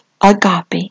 agape